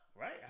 right